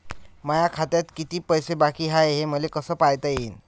माया खात्यात किती पैसे बाकी हाय, हे मले कस पायता येईन?